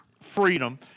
Freedom